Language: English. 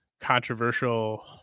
controversial